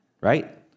Right